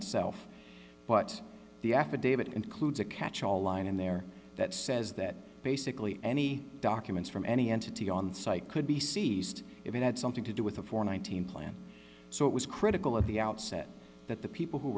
itself but the affidavit includes a catchall line in there that says that basically any documents from any entity on site could be seized if it had something to do with a foreign one thousand plant so it was critical of the outset that the people who